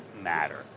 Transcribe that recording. matter